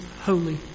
holy